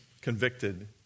convicted